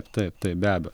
taip taip be abejo